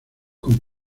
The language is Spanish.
con